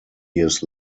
years